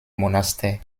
monastère